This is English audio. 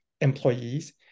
employees